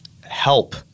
help